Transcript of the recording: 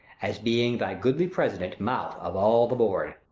as being the goodly president mouth of all the board.